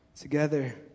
Together